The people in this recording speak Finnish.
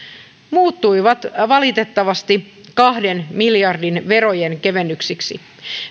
muuttuivat valitettavasti kahden miljardin verojen kevennyksiksi